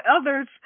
others